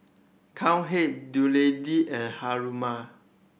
Cowhead Dutch Lady and Haruma